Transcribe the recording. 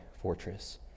fortress